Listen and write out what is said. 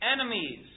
enemies